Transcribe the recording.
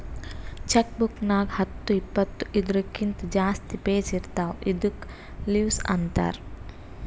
check book ನಾಗ್ ಹತ್ತು ಇಪ್ಪತ್ತು ಇದೂರ್ಕಿಂತ ಜಾಸ್ತಿ ಪೇಜ್ ಇರ್ತಾವ ಇದ್ದುಕ್ ಲಿವಸ್ ಅಂತಾರ್